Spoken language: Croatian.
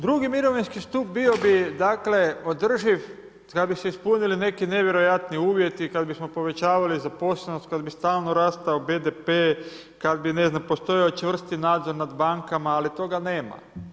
Drugi mirovinski stup bio bi dakle, održiv kad bi se ispunili neki nevjerojatni uvjeti, kad bismo povećavali zaposlenost, kad bi stalno rastao BDP, kad bi ne znam, postojao čvrsti nadzor nad bankama, ali toga nema.